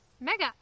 Mega